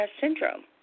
syndrome